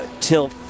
till